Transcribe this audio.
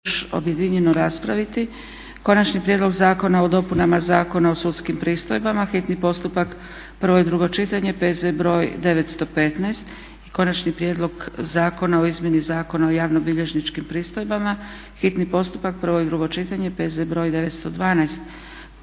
objedinjeno raspraviti: - Konačni prijedlog Zakona o dopunama Zakona o sudskim pristojbama, hitni postupak, prvo i drugo čitanje, P.Z. br. 915; - Konačni prijedlog Zakona o izmjeni Zakona o javnobilježničkim pristojbama, hitni postupak, prvo i drugo čitanje, P.Z. br. 912;